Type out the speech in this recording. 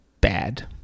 bad